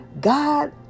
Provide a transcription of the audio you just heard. God